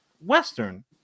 Western